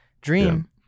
dream